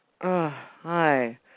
hi